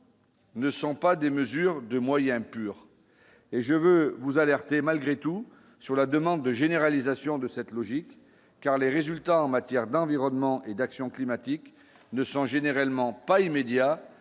Ne sont pas des mesures de moyen pur et je veux vous alerter malgré tout sur la demande de généralisation de cette logique car les résultats en matière d'environnement et d'action climatique ne sont généralement pas immédiat